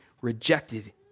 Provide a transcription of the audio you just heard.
rejected